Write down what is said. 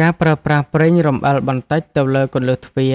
ការប្រើប្រាស់ប្រេងរំអិលបន្តិចទៅលើគន្លឹះទ្វារ